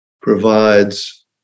provides